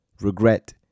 regret